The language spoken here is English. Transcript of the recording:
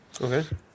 Okay